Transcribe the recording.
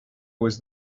was